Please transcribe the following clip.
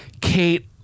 Kate